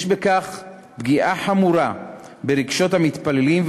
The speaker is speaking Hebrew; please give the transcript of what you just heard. יש בכך פגיעה חמורה ברגשות המתפללים,